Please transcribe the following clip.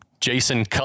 Jason